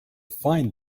find